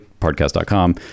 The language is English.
podcast.com